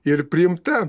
ir priimta